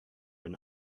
and